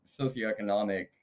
socioeconomic